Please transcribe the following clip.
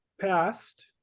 passed